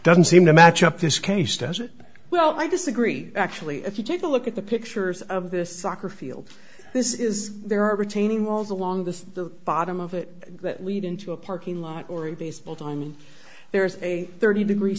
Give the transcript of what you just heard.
doesn't seem to match up this case does it well i disagree actually if you take a look at the pictures of this soccer field this is their retaining walls along the bottom of it that lead into a parking lot or a baseball diamond there's a thirty degree